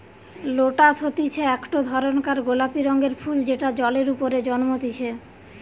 lotus হতিছে একটো ধরণকার গোলাপি রঙের ফুল যেটা জলের ওপরে জন্মতিচ্ছে